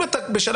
אם אתה בשלב,